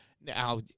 Now